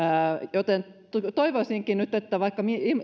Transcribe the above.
toivoisinkin nyt että vaikka